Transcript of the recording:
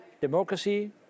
Democracy